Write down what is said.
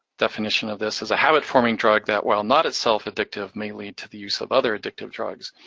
definition of this is a habit-forming drug that, while not itself addictive, may lead to the use of other addictive drugs.